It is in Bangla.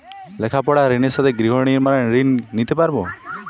লেখাপড়ার ঋণের সাথে গৃহ নির্মাণের ঋণ নিতে পারব?